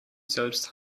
selbst